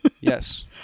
Yes